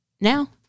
now